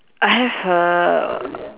I have a